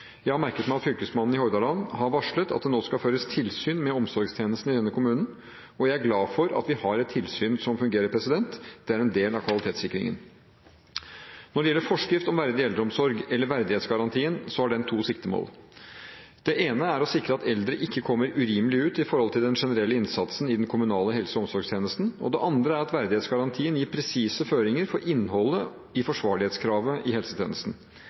Jeg har merket meg at Fylkesmannen i Hordaland har varslet at det nå skal føres tilsyn med omsorgstjenesten i denne kommunen. Jeg er glad for at vi har et tilsyn som fungerer. Det er en del av kvalitetssikringen. Når det gjelder forskrift om en verdig eldreomsorg, eller verdighetsgarantien, har den to siktemål. Det ene er å sikre at eldre ikke kommer urimelig ut i forhold til den generelle innsatsen i den kommunale helse- og omsorgstjenesten. Det andre er at verdighetsgarantien gir presise føringer for innholdet i forsvarlighetskravet i helsetjenesten.